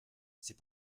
c’est